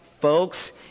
Folks